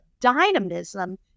dynamism